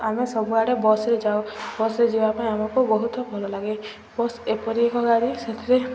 ଆମେ ସବୁଆଡ଼େ ବସ୍ରେ ଯାଉ ବସ୍ରେ ଯିବା ପାଇଁ ଆମକୁ ବହୁତ ଭଲ ଲାଗେ ବସ୍ ଏପରି ଏକ ଗାଡ଼ି ସେଥିରେ